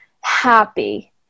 happy